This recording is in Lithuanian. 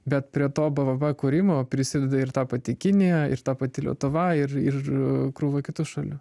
bet prie to bvp kūrimo prisideda ir ta pati kinija ir ta pati lietuva ir ir krūva kitų šalių